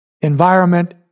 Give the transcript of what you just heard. environment